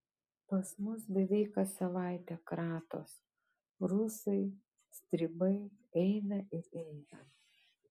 pas mus beveik kas savaitę kratos rusai stribai eina ir eina